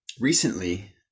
recently